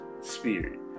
spirit